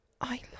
I